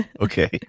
Okay